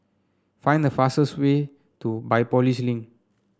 find the fastest way to Biopolis Link